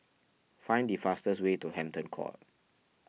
find the fastest way to Hampton Court